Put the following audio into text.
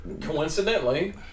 coincidentally